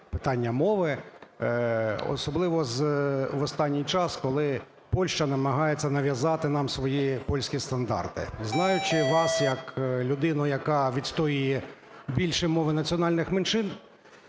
питання мови, особливо в останній час, коли Польща намагається нав'язати нам свої польські стандарти. Знаючи вас як людину, яка відстоює більше мови національних меншин,